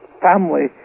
family